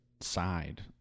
side